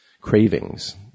cravings